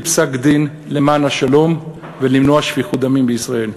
פסק-דין למען השלום ולמנוע שפיכות דמים בישראל,